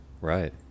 Right